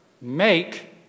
make